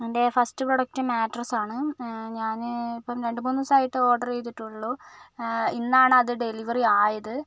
എൻ്റെ first product mattress ആണ് ഞാന് ഇപ്പോൾ രണ്ടുമൂന്നു ദിവസമായിട്ടെ ഓർഡർ ചെയ്തിട്ടുള്ളൂ ഇന്നാണ് അത് ഡെലിവറി ആയത്